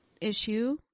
issue